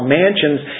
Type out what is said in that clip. mansions